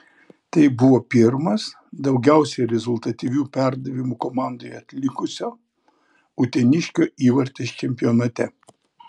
tai buvo pirmas daugiausiai rezultatyvių perdavimų komandoje atlikusio uteniškio įvartis čempionate